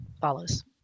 follows